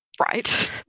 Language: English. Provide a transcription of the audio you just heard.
right